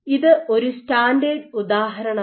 ഇത് ഒരു സ്റ്റാൻഡേർഡ് ഉദാഹരണമാണ്